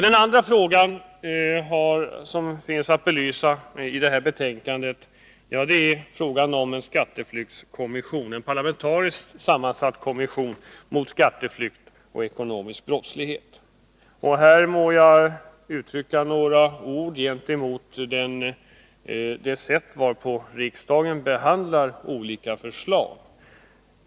Den andra frågan i betänkandet som jag vill belysa är den om en parlamentariskt sammansatt kommission mot skatteflykt och ekonomisk brottslighet. Här må det tillåtas mig att rikta några ord gentemot det sätt varpå riksdagen behandlar olika förslag.